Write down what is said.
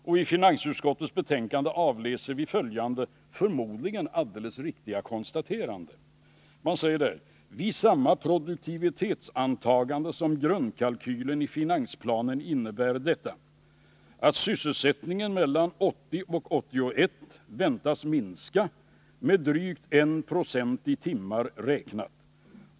I finansutskottets betänkande kan vi läsa följande, förmodligen alldeles riktiga konstaterande: ”Vid samma produktivitetsantaganden som i grundkalkylen i finansplanen innebär detta att sysselsättningen mellan 1980 och 1981 kan väntas minska med drygt 1 90 i timmar räknat.